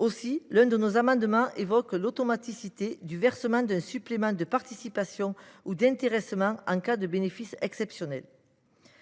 Aussi, l’un de nos amendements tend à rendre automatique le versement d’un supplément de participation ou d’intéressement en cas de bénéfice exceptionnel.